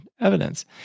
evidence